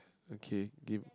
okay di~